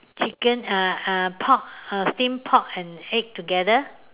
chicken uh uh pork uh steam pork and egg together